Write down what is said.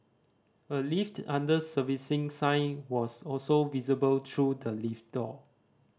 a lift under servicing sign was also visible through the lift door